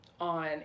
on